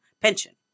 pension